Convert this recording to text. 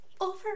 Over